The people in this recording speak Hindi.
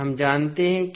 हम जानते हैं कि